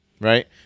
Right